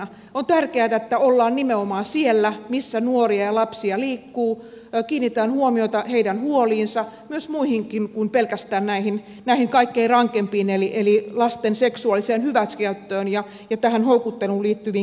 on tärkeätä että ollaan nimenomaan siellä missä nuoria ja lapsia liikkuu kiinnitetään huomiota heidän huoliinsa myös muihinkin kuin pelkästään näihin kaikkein rankimpiin eli lasten seksuaaliseen hyväksikäyttöön ja houkutteluun liittyviin kysymyksiin